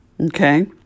Okay